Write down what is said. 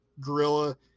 Gorilla